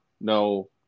No